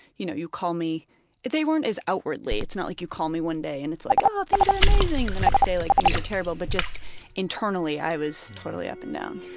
you know, you call me they weren't as outwardly. it's not like you call me one day and it's like, oh! things are amazing! and the next day, like things are terrible, but just internally i was totally up and down.